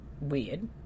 weird